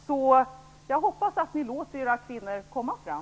Så jag hoppas att ni låter era kvinnor komma fram.